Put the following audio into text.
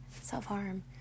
self-harm